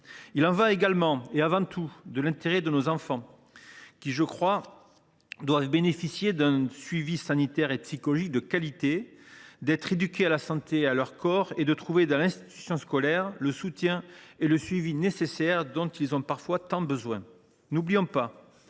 Il y va également, et avant tout, de l’intérêt de nos enfants, qui doivent bénéficier d’un suivi sanitaire et psychologique de qualité, être éduqués à la santé et à leur corps et trouver dans l’institution scolaire le soutien et le suivi nécessaires dont ils ont parfois tant besoin. N’oublions pas